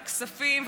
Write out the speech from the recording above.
ועדת הכספים,